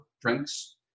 drinks